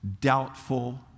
doubtful